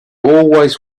always